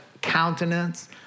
countenance